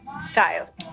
style